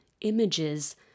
images